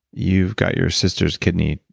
you've got your sisters kidney,